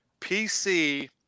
PC